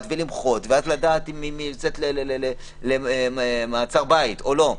ולמחות ואז לדעת אם היא יוצאת למעצר בית או לא.